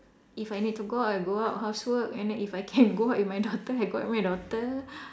if I need to go out I go out housework and then if I can go out with my daughter I go out with my daughter